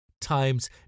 times